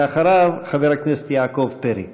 אחריו, חבר הכנסת יעקב פרי.